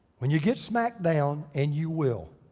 when you get smacked down, and you will,